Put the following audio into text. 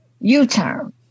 U-turn